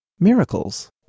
miracles